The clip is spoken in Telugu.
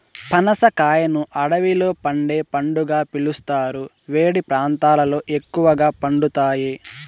పనస కాయను అడవిలో పండే పండుగా పిలుస్తారు, వేడి ప్రాంతాలలో ఎక్కువగా పండుతాయి